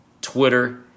Twitter